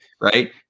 right